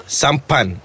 sampan